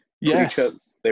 Yes